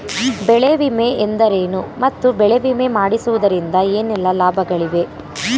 ಬೆಳೆ ವಿಮೆ ಎಂದರೇನು ಮತ್ತು ಬೆಳೆ ವಿಮೆ ಮಾಡಿಸುವುದರಿಂದ ಏನೆಲ್ಲಾ ಲಾಭಗಳಿವೆ?